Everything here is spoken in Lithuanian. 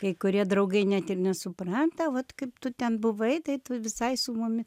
kai kurie draugai net ir nesupranta vat kaip tu ten buvai tai tu visai su mumis